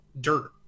dirt